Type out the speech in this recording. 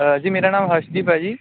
ਅ ਜੀ ਮੇਰਾ ਨਾਮ ਹਰਸ਼ਦੀਪ ਹੈ ਜੀ